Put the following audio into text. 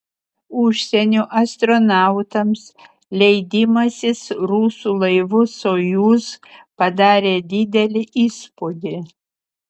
užsienio astronautams leidimasis rusų laivu sojuz padarė didelį įspūdį